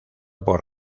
por